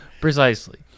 precisely